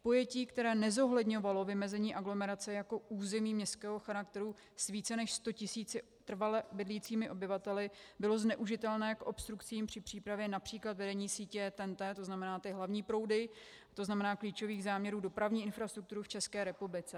Pojetí, které nezohledňovalo vymezení aglomerace jako území městského charakteru s více než 100 tisíci trvale bydlícími obyvateli, bylo zneužitelné k obstrukcím při přípravě například vedení sítě TENT, to znamená ty hlavní proudy, to znamená klíčových záměrů dopravní infrastruktury v České republice.